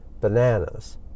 bananas